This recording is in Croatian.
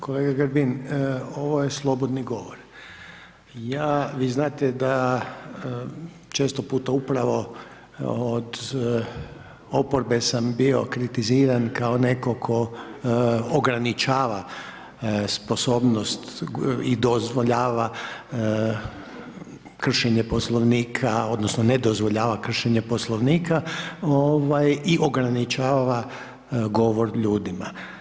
Kolega Grbin ovo je slobodni govor, ja vi znate da često puta upravo od oporbe sam bio kritiziran kao neko ko ograničava sposobnost i dozvoljava kršenje Poslovnika odnosno ne dozvoljava kršenje Poslovnika, ovaj i ograničava govor ljudima.